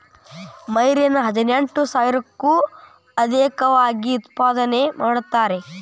marine ಹದಿನೆಂಟು ಸಾವಿರಕ್ಕೂ ಅದೇಕವಾಗಿ ಉತ್ಪಾದನೆ ಮಾಡತಾರ